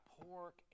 pork